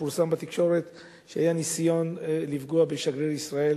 פורסם בתקשורת שהיה ניסיון לפגוע בשגריר ישראל